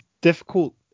difficult